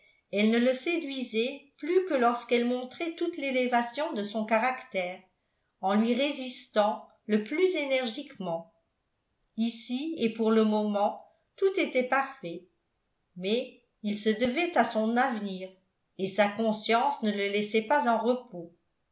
elle ne le séduisait plus que lorsqu'elle montrait toute l'élévation de son caractère en lui résistant le plus énergiquement ici et pour le moment tout était parfait mais il se devait à son avenir et sa conscience ne le laissait pas en repos